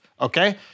Okay